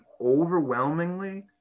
overwhelmingly